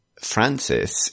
Francis